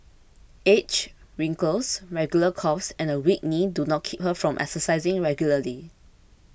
age wrinkles regular coughs and a weak knee do not keep her from exercising regularly